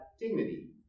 dignity